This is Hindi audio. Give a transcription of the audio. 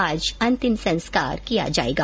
आज अंतिम संस्कार किया जायेगा